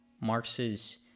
Marx's